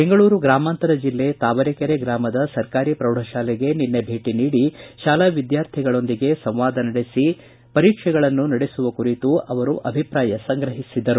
ಬೆಂಗಳೂರು ಗ್ರಾಮಾಂತರ ಜಿಲ್ಲೆ ತಾವರೆಕೆರೆ ಗ್ರಾಮದ ಸರ್ಕಾರಿ ಪ್ರೌಢಶಾಲೆಗೆ ನಿನ್ನೆ ಭೇಟಿ ಶಾಲಾ ವಿದ್ಯಾರ್ಥಿಗಳ ಜೊತೆ ಸಂವಾದ ನಡೆಸಿ ಪರೀಕ್ಷೆಗಳನ್ನು ನಡೆಸುವ ಕುರಿತು ಅವರು ಅಭಿಪ್ರಾಯ ಸಂಗ್ರಹಿಸಿದರು